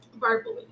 verbally